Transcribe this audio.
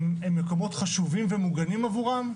הם מקומות חשובים ומוגנים עבורם,